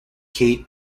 kate